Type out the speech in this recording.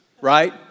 right